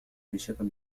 بشكل